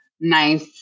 nice